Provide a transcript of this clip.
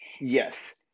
yes